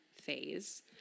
phase